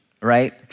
right